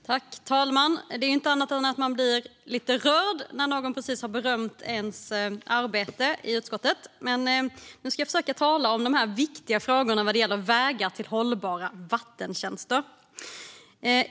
Fru talman! Det är inte annat än att man blir lite rörd när någon precis har berömt ens arbete i utskottet, men nu ska jag försöka tala om de viktiga frågorna vad gäller vägar till hållbara vattentjänster.